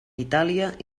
itàlia